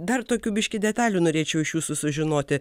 dar tokių biškį detalių norėčiau iš jūsų sužinoti